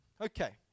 Okay